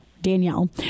Danielle